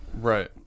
right